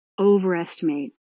overestimate